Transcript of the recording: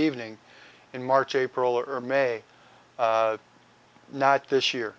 evening in march april or may not this year